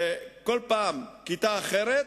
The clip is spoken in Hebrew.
כל פעם כיתה אחרת,